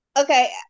Okay